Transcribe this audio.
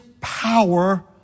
power